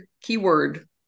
keyword